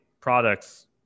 products